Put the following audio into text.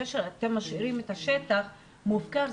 זה שאתם משאירים את השטח מופקר,